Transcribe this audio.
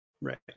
right